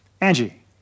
Angie